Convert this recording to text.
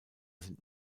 sind